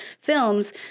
films